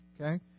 Okay